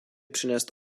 přinést